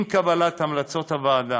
עם קבלת המלצות הוועדה,